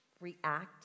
react